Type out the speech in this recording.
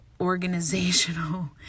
organizational